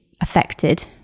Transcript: affected